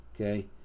okay